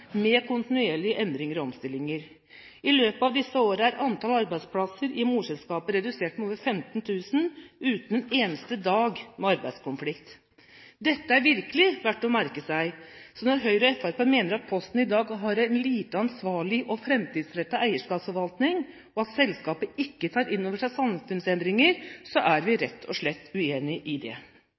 med kontinuerlige endringer og omstillinger. I løpet av disse årene er antall arbeidsplasser i morselskapet redusert med over 15 000, uten en eneste dag med arbeidskonflikt. Dette er virkelig verdt å merke seg, så når Høyre og Fremskrittspartiet mener at Posten i dag har en lite ansvarlig og framtidsrettet eierskapsforvaltning, og at selskapet ikke tar inn over seg samfunnsendringer, er vi rett og slett uenige i det.